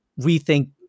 Rethink